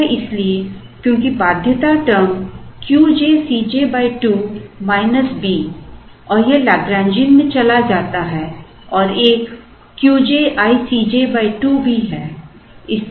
यह इसलिए क्योंकि बाध्यता term Qj Cj 2 B और यह लैग्रैन्जियन में चला जाता है और एक Qj i Cj 2 भी है